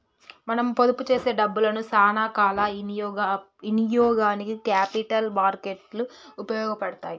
మనం పొదుపు చేసే డబ్బులను సానా కాల ఇనియోగానికి క్యాపిటల్ మార్కెట్ లు ఉపయోగపడతాయి